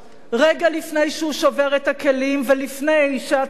רגע לפני שהוא שובר את הכלים ולפני שהצעירים,